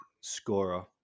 scorer